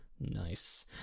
Nice